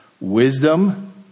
Wisdom